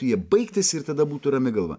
jie baigtis ir tada būtų rami galva